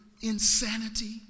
insanity